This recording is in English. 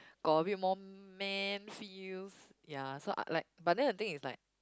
got a bit more man feels ya so I like but then the thing is like